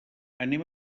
anem